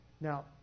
Now